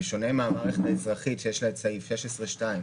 במערכת האזרחית להסדרים